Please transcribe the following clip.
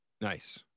nice